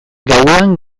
gauean